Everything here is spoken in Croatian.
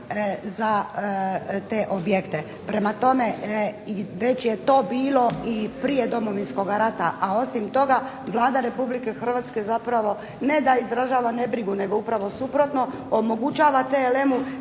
za te objekte. Prema tome, i već je to bilo i prije Domovinskog rata, a osim toga Vlada Republike Hrvatske zapravo ne da izražava ne brigu, nego upravo suprotno, omogućava TLM-u